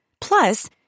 Plus